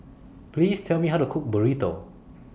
Please Tell Me How to Cook Burrito